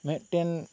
ᱢᱤᱫᱴᱮᱱ